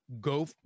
go